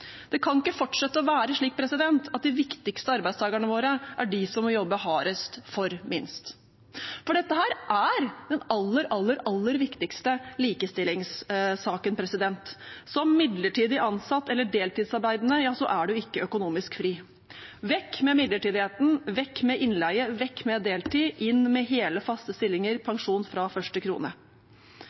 Det kan ikke fortsette å være slik at de viktigste arbeidstakerne våre er de som må jobbe hardest for minst, for dette er den aller, aller, aller viktigste likestillingssaken. Som midlertidig ansatt eller deltidsarbeidende er man ikke økonomisk fri. Vekk med midlertidigheten, vekk med innleie, vekk med deltid, inn med hele, faste stillinger, pensjon fra første krone.